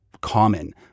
common